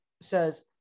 says